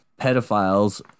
pedophiles